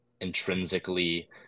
intrinsically